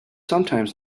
sometimes